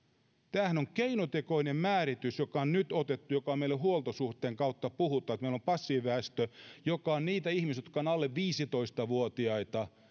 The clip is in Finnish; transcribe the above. tämähän on keinotekoinen määritys joka on nyt otettu ja meillä huoltosuhteen kautta puhutaan että meillä on passiiviväestö joka on niitä ihmisiä jotka ovat alle viisitoista vuotiaita